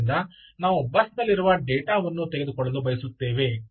ಆದ್ದರಿಂದ ನಾವು ಬಸ್ನಲ್ಲಿರುವ ಡೇಟಾ ವನ್ನು ತೆಗೆದುಕೊಳ್ಳಲು ಬಯಸುತ್ತೇವೆ